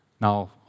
Now